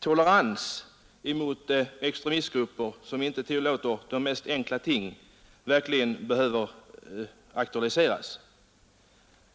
tolerans mot extremistgrupper, vilka själva inte respekterar andra medborgares självklara rättigheter, verkligen behöver aktualiseras.